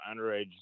underage